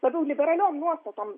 labiau liberaliom nuostatom